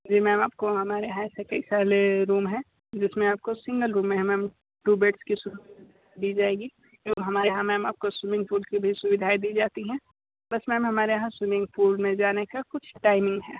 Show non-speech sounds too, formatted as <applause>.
जी ma'am आपको हमारे यहाँ से कई सारे रूम हैं जिस में आपको सिंगल रूमें हैं मैम टू बेड्स की सुविधा दी जाएगी <unintelligible> हमारे यहाँ मैम आपको स्विमिंग पुल की भी सुविधाएं दी जाती हैं बस मैम हमारे यहाँ स्विमिंग पूल में जाने की कुछ टैमिंग है